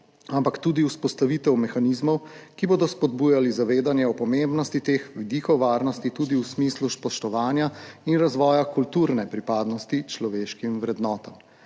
ampak tudi vzpostavitev mehanizmov, ki bodo spodbujali zavedanje o pomembnosti teh vidikov varnosti tudi v smislu spoštovanja in razvoja kulturne pripadnosti človeškim vrednotam.